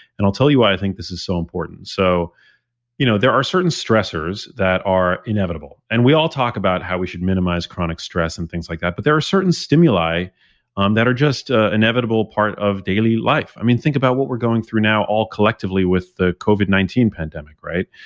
and i'll tell you why i think this is so important so you know there are certain stressors that are inevitable, and we all talk about how we should minimize chronic stress and things like that. but there are certain stimuli um that are just ah inevitable part of daily life. i mean think about what we're going through now all collectively with the covid nineteen pandemic, right?